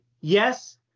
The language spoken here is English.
yes